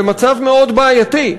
למצב מאוד בעייתי.